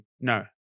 No